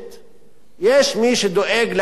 יש מי שדואג לאינטרסים שלהם.